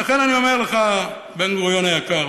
ולכן אני אומר לך, בן-גוריון היקר,